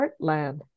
heartland